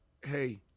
hey